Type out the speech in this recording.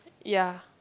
ya